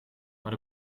maar